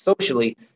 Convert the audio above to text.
socially